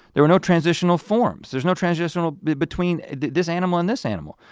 there were no transitional forms, there's no transitional between this animal and this animal.